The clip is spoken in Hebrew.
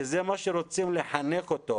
וזה מה שרוצים לחנך אותו.